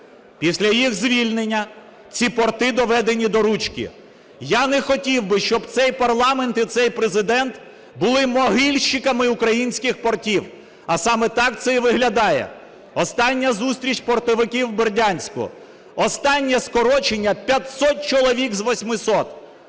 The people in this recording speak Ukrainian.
Після їх звільнення ці порти доведені "до ручки". Я не хотів би, щоб цей парламент і цей Президент були "могильщиками" українських портів, а саме так це і виглядає. Остання зустріч портовиків в Бердянську, останнє скорочення – 500 чоловік з 800,